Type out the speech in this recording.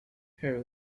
her